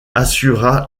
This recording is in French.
assura